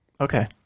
Okay